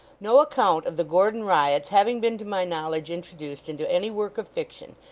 no account of the gordon riots having been to my knowledge introduced into any work of fiction,